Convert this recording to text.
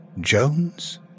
Jones